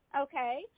Okay